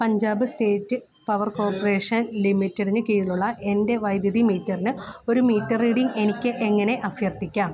Punjab state power corporation ലിമിറ്റഡിന് കീഴിലുള്ള എൻ്റെ വൈദ്യുതി മീറ്ററിന് ഒരു മീറ്റർ റീഡിംഗ് എനിക്ക് എങ്ങനെ അഭ്യർത്ഥിക്കാം